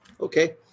Okay